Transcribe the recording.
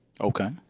Okay